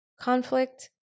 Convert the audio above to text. conflict